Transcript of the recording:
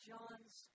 John's